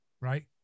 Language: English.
right